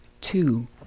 two